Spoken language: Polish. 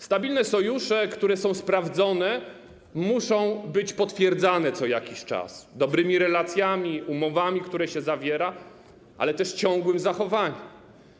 Stabilne sojusze, które są sprawdzone, muszą być co jakiś czas potwierdzane dobrymi relacjami, umowami, które się zawiera, ale też ciągłym zachowaniem.